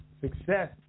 success